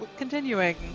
continuing